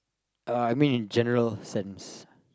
uh I mean in general sense